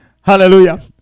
Hallelujah